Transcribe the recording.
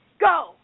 Go